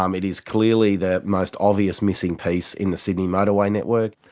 um it is clearly the most obvious missing piece in the sydney motorway network.